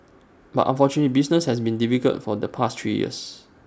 but unfortunately business has been difficult for the past three years